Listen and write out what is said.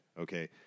okay